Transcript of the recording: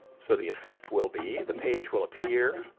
so the effect will be, the page will appear,